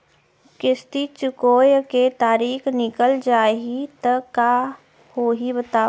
किस्ती चुकोय के तारीक निकल जाही त का होही बताव?